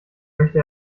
möchte